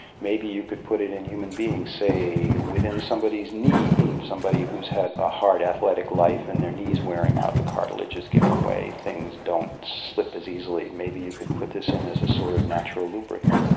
maybe you could put it in human beings, say within somebody's knee, somebody who has had a hard athletic life and their knee is wearing out, the cartilage is giving way, things don't slip as easily. maybe you could put this in as a sort of natural lubricant.